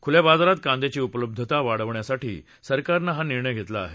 खुल्या बाजारात कांद्याची उपलब्धता वाढवण्यासाठी सरकारनं हा निर्णय घेतला आहे